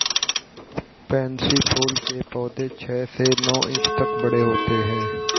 pansy फूल के पौधे छह से नौ इंच तक बड़े होते हैं